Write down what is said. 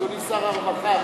אדוני שר הרווחה,